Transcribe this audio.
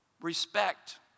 respect